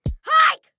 hike